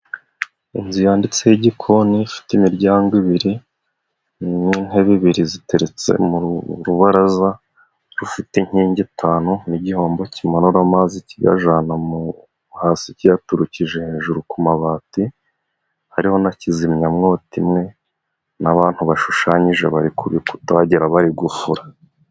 Inzu yanditseho igikoni ifite imiryango ibiri n'intebe ibiri ziteretse mu rubaraza rufite inkingi itanu n'igihombo kimanura amazi kigajana mu hasi kiyaturukije hejuru ku mabati, hariho na kizimyamwoto imwe n'abantu bashushanyije bari ku bikuta wagira ngo bari gufura.